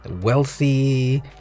wealthy